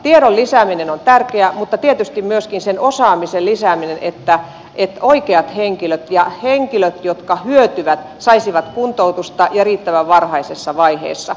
tiedon lisääminen on tärkeää mutta tietysti myöskin sen osaamisen lisääminen että oikeat henkilöt ja henkilöt jotka hyötyvät saisivat kuntoutusta ja riittävän varhaisessa vaiheessa